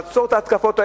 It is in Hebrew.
לעצור את ההתקפות האלה,